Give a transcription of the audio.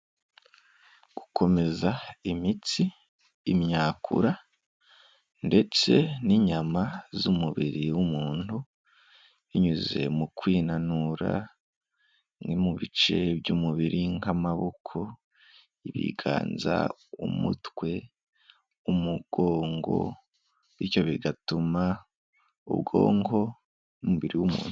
Gukomeza imitsi, imyakura ndetse n'inyama z'umubiri w'umuntu binyuze mu kwinanura ni mu bice by'umubiri nk'amaboko, ibiganza, umutwe, umugongo, bityo bigatuma ubwonko n'umubiri w'umuntu.